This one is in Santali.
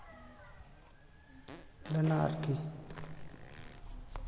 ᱞᱮᱱᱟ ᱟᱨᱠᱤ